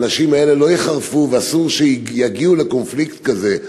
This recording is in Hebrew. האנשים האלה לא יחרפו ואסור שיגיעו לקונפליקט כזה,